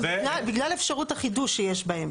בגלל אפשרות החידוש שיש בהן.